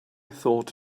thought